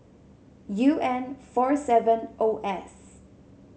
U N four seven O S